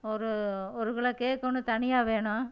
ஒரு ஒரு kilo cake ஒன்று தனியாக வேணும்